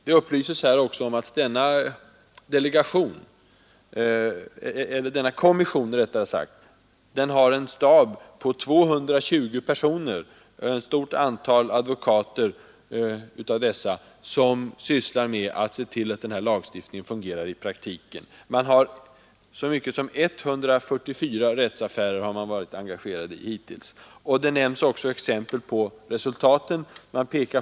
Det upplyses också i artikeln att denna kommission har en stab på 220 personer, varav ett stort antal advokater, som sysslar med att se till att denna lagstiftning fungerar i praktiken. Man har varit engagerad i inte mindre än 144 rättsaffärer. Där nämns också exempel på de resultat man uppnått.